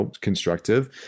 constructive